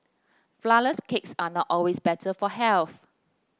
flourless cakes are not always better for health